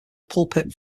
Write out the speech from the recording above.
pulpit